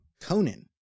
Conan